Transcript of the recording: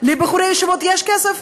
לבחורי ישיבות יש כסף,